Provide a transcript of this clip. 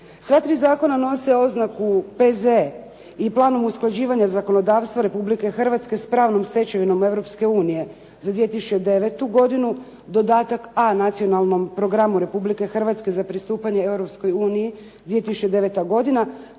Sva tri zakona nose oznaku P.Z. i planom usklađivanja zakonodavstva Republike Hrvatske s pravnom stečevinom Europske unije za 2009. godinu dodatak A Nacionalnom programu Republike Hrvatske za pristupanje Europskoj